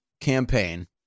campaign